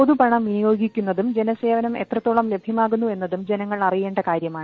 പൊതുപണം വിനിയോഗിക്കുന്നതും ജനസേവനം എത്രത്തോളം ലഭ്യമാകുന്നു എന്നതും ജനങ്ങൾ അറിയേണ്ട കാര്യമാണ്